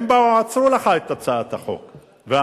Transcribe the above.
הם באו ועצרו לך את הצעת החוק ואמרו: